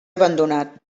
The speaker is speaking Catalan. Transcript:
abandonat